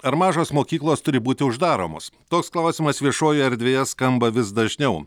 ar mažos mokyklos turi būti uždaromos toks klausimas viešojoje erdvėje skamba vis dažniau